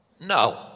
No